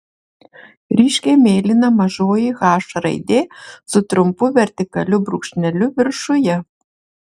ryškiai mėlyna mažoji h raidė su trumpu vertikaliu brūkšneliu viršuje